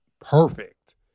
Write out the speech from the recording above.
perfect